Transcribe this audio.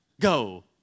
go